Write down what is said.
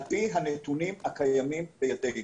על פי הנתונים הקיימים בידינו,